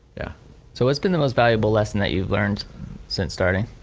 yeah so what's been the most valuable lesson that you learned since starting?